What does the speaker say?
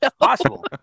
Possible